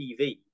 TV